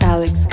Alex